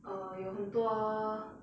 err 有很多